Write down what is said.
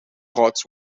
cuts